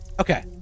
Okay